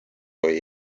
või